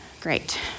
Great